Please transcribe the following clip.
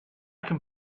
can